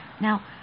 Now